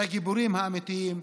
לגיבורים האמיתיים,